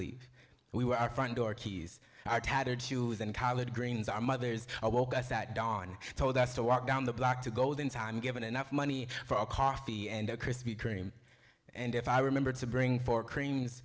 leave we were our front door keys our tattered shoes and collard greens our mothers i woke up that dawn told us to walk down the block to gold in time given enough money for a coffee and a krispy kreme and if i remember to bring four creams